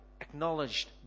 Acknowledged